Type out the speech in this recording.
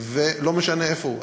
לא משנה איפה הוא,